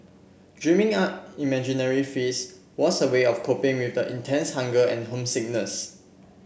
dreaming up imaginary feasts was a way of coping with the intense hunger and homesickness